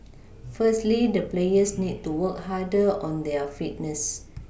firstly the players need to work harder on their Fitness